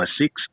six